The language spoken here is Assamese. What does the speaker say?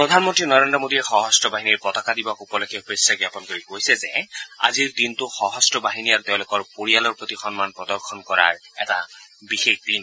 প্ৰধানমন্ত্ৰী নৰেন্দ্ৰ মোডীয়ে সশস্ত্ৰ বাহিনীৰ পতাকা দিৱস উপলক্ষে শুভেচ্ছা জ্ঞাপন কৰি কৈছে যে আজিৰ দিনটো সশন্ত বাহিনী আৰু তেওঁলোকৰ পৰিয়ালৰ প্ৰতি সন্মান প্ৰদৰ্শন কৰাৰ বিশেষ দিন